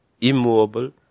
immovable